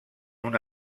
una